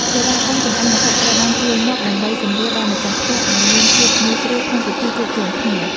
សេវាកម្មចម្អិនម្ហូបត្រូវបានជួលមក ដើម្បីសម្រួលដល់ម្ចាស់ផ្ទះឱ្យមានភាពងាយស្រួលក្នុងពិធីជួបជុំគ្នា។